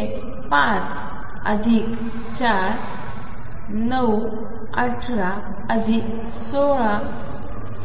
जे 5 अधिक 4 9 18 अधिक 16